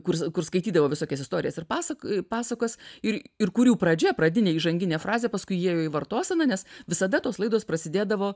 kur kur skaitydavo visokias istorijas ir pasak pasakas ir ir kurių pradžia pradinė įžanginė frazė paskui įėjo į vartoseną nes visada tos laidos prasidėdavo